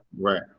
right